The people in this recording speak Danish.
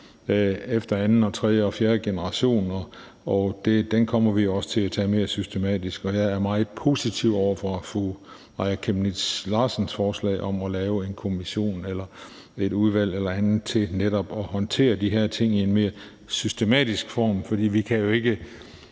eller fjerde generation, og det kommer vi også til at tage mere systematisk. Men jeg er meget positiv over for fru Aaja Chemnitz Larsens forslag om at lave en kommission eller et udvalg eller andet til netop at håndtere de her ting i en mere systematisk form. For det er jo ikke